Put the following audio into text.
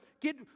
get